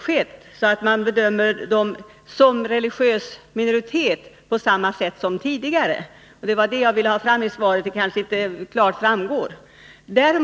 Man bedömer dem alltså där som företrädare för en religiös minoritet på samma sätt som tidigare. Det var det jag ville ha fram i svaret, men det kanske inte klart framgår.